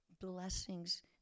blessings